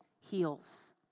heals